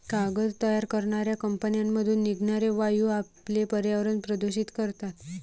कागद तयार करणाऱ्या कंपन्यांमधून निघणारे वायू आपले पर्यावरण प्रदूषित करतात